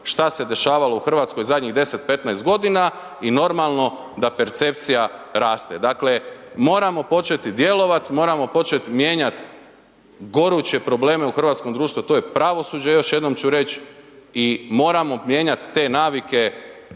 šta se dešavalo u Hrvatskoj zadnjih 10, 15 godina i normalno da percepcija raste. Dakle moramo početi djelovati, moramo početi mijenjati goruće probleme u hrvatskom društvu a to je pravosuđe, još jednom ću reći i moramo mijenjati te navike